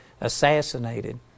assassinated